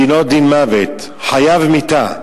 דינו דין מוות, חייב מיתה.